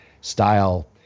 style